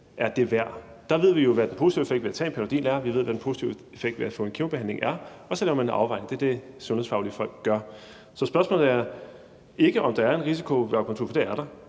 er det værd. Der ved vi jo, hvad den positive effekt ved at tage en Panodil er, og vi ved, hvad den positive effekt ved at få en kemobehandling er, og så laver man en afvejning. Det er det, sundhedsfaglige folk gør. Så spørgsmålet er ikke, om der er en risiko ved akupunktur, for det er der,